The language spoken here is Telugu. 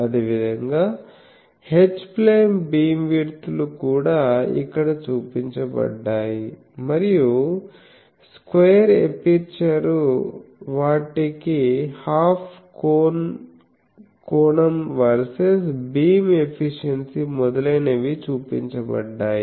అదేవిధంగా H ప్లేన్ బీమ్విడ్త్లు కూడా ఇక్కడ చూపించబడ్డాయి మరియు స్క్వేర్ ఎపర్చరు వాటికి హాఫ్ కోన్ కోణం వర్సెస్ బీమ్ ఎఫిషియన్సీ మొదలైనవీ చూపించబడ్డాయి